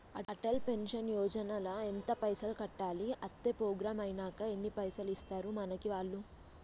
Atal pension Yojana ల ఎంత పైసల్ కట్టాలి? అత్తే ప్రోగ్రాం ఐనాక ఎన్ని పైసల్ ఇస్తరు మనకి వాళ్లు?